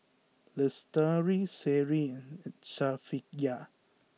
Lestari Seri and Safiya